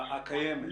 הקורס.